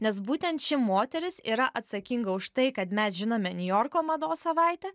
nes būtent ši moteris yra atsakinga už tai kad mes žinome niujorko mados savaitę